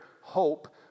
hope